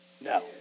No